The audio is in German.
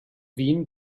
wien